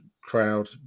crowd